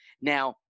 Now